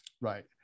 right